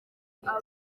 guterwa